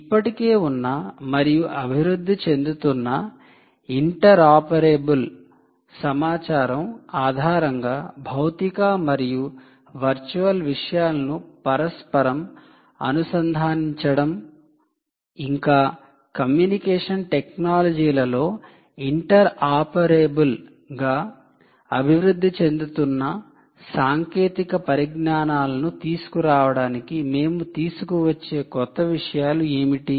ఇప్పటికే ఉన్న మరియు అభివృద్ధి చెందుతున్న ఇంటరాపెరబుల్ సమాచారం ఆధారంగా భౌతిక మరియు వర్చువల్ విషయాలను పరస్పరం అనుసంధానించడం ఇంకా కమ్యూనికేషన్ టెక్నాలజీలలో ఇంటర్ ఆపరేబుల్ గా చూడండి 0201 అభివృద్ధి చెందుతున్న సాంకేతిక పరిజ్ఞానాలను తీసుకురావడానికి మేము తీసుకువచ్చే కొత్త విషయాలు ఏమిటి